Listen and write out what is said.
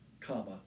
comma